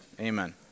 Amen